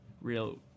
real